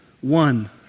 one